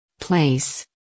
Place